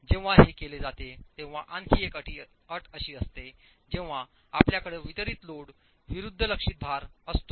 जेव्हा हे केले जाते तेव्हा आणखी एक अट अशी असते जेव्हा आपल्याकडे वितरित लोड विरूद्ध लक्षित भार असतो